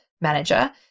manager